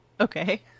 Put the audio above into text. Okay